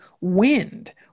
wind